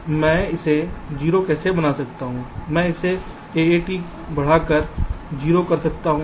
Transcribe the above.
तो मैं इसे 0 कैसे बना सकता हूं मैं इसे AAT बढ़ाकर 0 कर सकता हूं